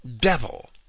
devil